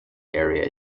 area